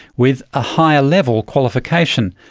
with a higher level qualification,